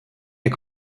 est